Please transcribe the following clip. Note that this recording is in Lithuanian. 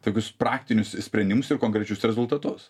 tokius praktinius sprendimus ir konkrečius rezultatus